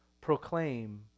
proclaim